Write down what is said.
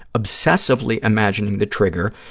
obsessively imagining the trigger,